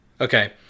Okay